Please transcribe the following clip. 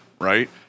right